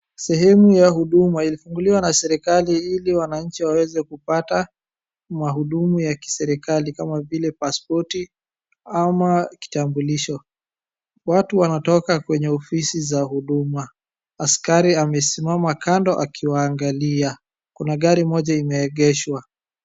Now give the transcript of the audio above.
Sehemu ya Huduma, ilifungulliwa na serikali ili wananchi waweze kupata mahudumu ya kiserikali kama vile pasipoti ama kitambulisho. Watu wanatoka kwenye ofisi za Huduma. Askari amesimama kando akiwaangalia. Kuna gari moja imeegeshwa.